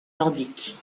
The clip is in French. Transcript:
nordique